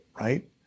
right